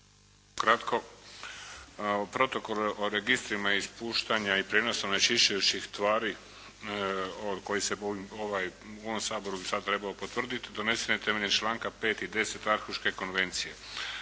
Kratko. Protokol o registrima ispuštanja i prijenosa onečišćujućih tvari koji se u ovom Saboru bi sad trebao potvrdit, donesen je na temelju članka 5. i 10. Arhuške konvencije.